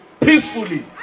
peacefully